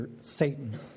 Satan